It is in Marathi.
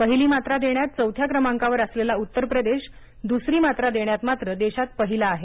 पहिली मात्रा देण्यात चौथ्या क्रमांकावर असलेला उत्तरप्रदेश दुसरी मात्रा देण्यात मात्र देशात पहिला आहे